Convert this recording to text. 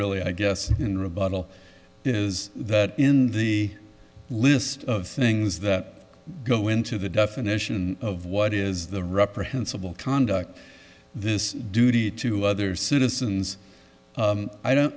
really i guess in rebuttal is that in the list of things that go into the definition of what is the reprehensible conduct this duty to other citizens i don't